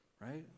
Right